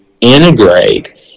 integrate